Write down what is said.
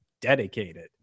dedicated